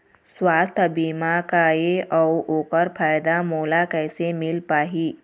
सुवास्थ बीमा का ए अउ ओकर फायदा मोला कैसे मिल पाही?